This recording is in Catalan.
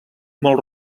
molt